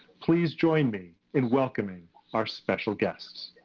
please join me in welcoming our special guests.